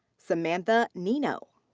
samantha neeno.